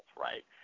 right